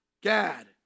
Gad